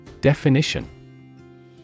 Definition